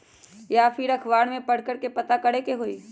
या फिर अखबार में पढ़कर के पता करे के होई?